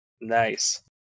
nice